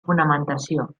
fonamentació